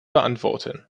beantworten